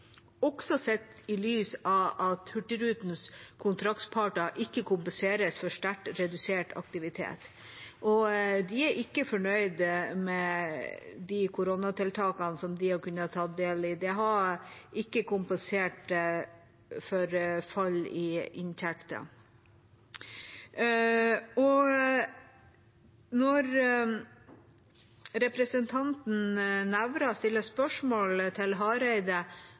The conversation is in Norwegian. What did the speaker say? også sett i lys av at Hurtigrutens kontraktspartnere ikke kompenseres for sterkt redusert aktivitet. De er ikke fornøyd med de koronatiltakene som de har kunnet ta del i. Det har ikke kompensert for fall i inntekter. Representanten Nævra stilte spørsmål til Hareide